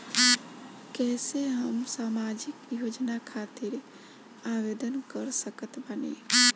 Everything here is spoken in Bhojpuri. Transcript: कैसे हम सामाजिक योजना खातिर आवेदन कर सकत बानी?